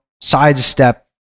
sidestep